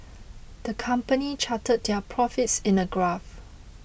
the company charted their profits in a graph